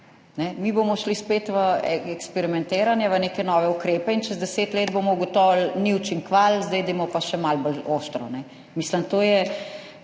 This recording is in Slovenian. Mi bomo šli spet v eksperimentiranje, v neke nove ukrepe in čez 10 let bomo ugotovili, da niso učinkovali, zdaj dajmo pa še malo bolj ostro. Mislim, to je